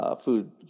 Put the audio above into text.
food